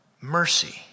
Mercy